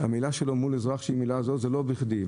המילה שלו מול אזרח זה לא בכדי,